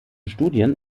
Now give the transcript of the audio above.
studien